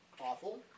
awful